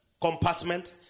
compartment